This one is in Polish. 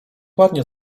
ładnie